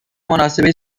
مناسبی